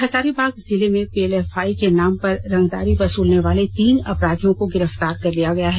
हजारीबाग जिले में पीएलएफआई के नाम पर रंगदारी वसूलने वाले तीन अपराधियों को गिरफ्तार कर लिया गया है